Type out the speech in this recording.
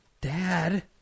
Dad